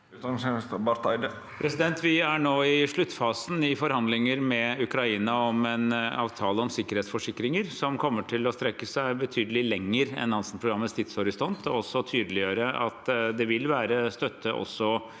Espen Barth Eide Vi er nå i sluttfasen i forhandlinger med Ukraina om en avtale om sikkerhetsforsikringer, som kommer til å strekke seg betydelig lenger enn Nansen-programmets tidshorisont, og tydeliggjøre at det vil være støtte også